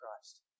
Christ